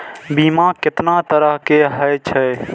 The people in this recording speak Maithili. बीमा केतना तरह के हाई छै?